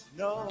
no